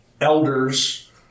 elders